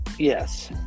Yes